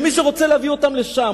ומי שרוצה להביא אותם לשם,